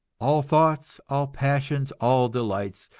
all thoughts, all passions, all delights,